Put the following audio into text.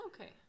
Okay